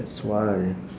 that's why